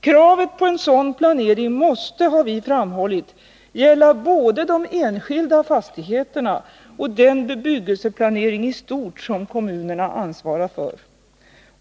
Kravet på en sådan planering måste, har vi framhållit, gälla både de enskilda fastigheterna och den bebyggelseplanering i stort som kommunerna ansvarar för.